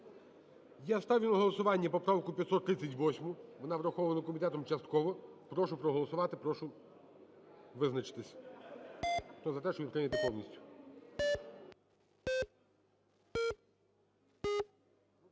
Я ставлю на голосування поправку 538-у, вона врахована комітетом частково. Прошу проголосувати. Прошу визначитись.